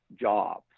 jobs